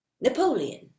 Napoleon